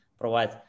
provide